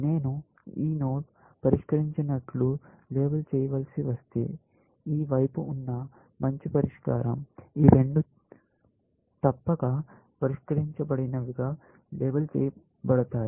నేను ఈ నోడ్ పరిష్కరించినట్లు లేబుల్ చేయవలసి వస్తే ఈ వైపు ఉన్న మంచి పరిష్కారం ఈ రెండూ తప్పక పరిష్కరించబడినవిగా లేబుల్ చేయబడతాయి